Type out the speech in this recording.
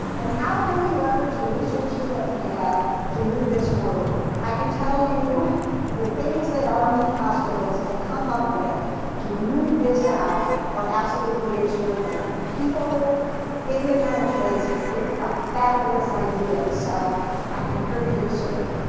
and how can we leverage the resources that we have to move this forward? i can tell you the things that our minc hospitals have come up with to move this out are absolutely extraordinary, and people in the trenches have got fabulous ideas, so i'd encourage you to sort of